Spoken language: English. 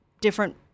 different